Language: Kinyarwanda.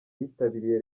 yitabiriye